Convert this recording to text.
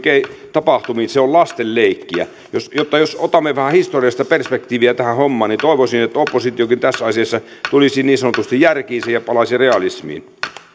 tapahtumiin verrattuna lastenleikkiä kun otamme vähän historiasta perspektiiviä tähän hommaan niin toivoisin että oppositiokin tässä asiassa tulisi niin sanotusti järkiinsä ja palaisi realismiin